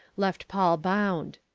left paul bound.